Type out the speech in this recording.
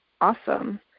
awesome